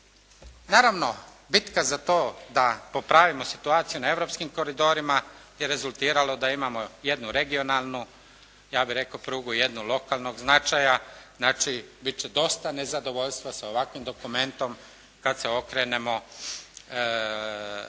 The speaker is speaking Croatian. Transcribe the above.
Naravno bitka za to da popravimo situaciju na europskim koridorima je rezultiralo da imamo jednu regionalnu ja bih rekao prugu, jednu lokalnog značaja, znači biti će dosta nezadovoljstva sa ovakvim dokumentom kada se okrenemo